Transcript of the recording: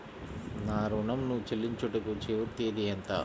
నా ఋణం ను చెల్లించుటకు చివరి తేదీ ఎంత?